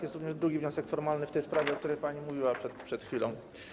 Jest również drugi wniosek formalny w tej sprawie, o której pani mówiła przed chwilą.